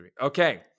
Okay